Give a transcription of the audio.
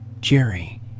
Jerry